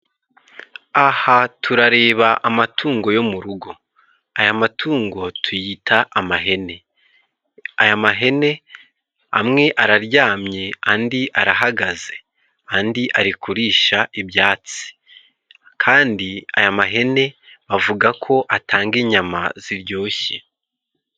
Aha turareba amatungo yo mu rugo ,aya matungo tuyita amahene. Aya mahene amwe araryamye andi arahagaze andi ari kurisha ibyatsi, kandi aya mahene bavugako atanga inyama ziryoshye.